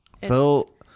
Phil